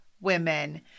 women